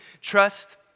trust